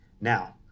Now